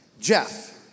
Jeff